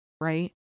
right